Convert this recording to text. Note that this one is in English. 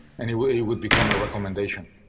any way it would become a recommendation.